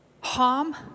harm